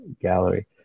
gallery